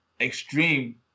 extreme